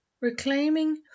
Reclaiming